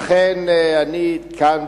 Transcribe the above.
לכן אני כאן,